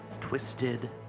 Twisted